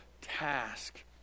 task